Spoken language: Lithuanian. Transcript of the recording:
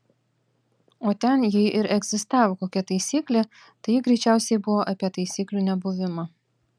o ten jei ir egzistavo kokia taisyklė tai ji greičiausiai buvo apie taisyklių nebuvimą